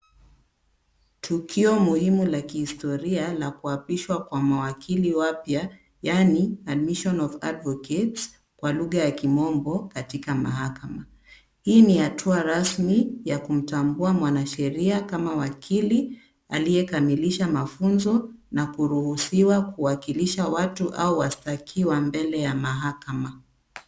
Tukio muhimu la kihistoria na kuapishwa kwa mawakili mapya yaani admission of advocates kwa lugha ya kimombo katika mahakama. Hii ni hatua rasmi ya kutambua mwanasheria kama wakili aliye kamilisha mafunzo na kuruhusiwa kuwakilisha watu au wastakiwa mbele ya mahakama.